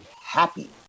happy